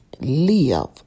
live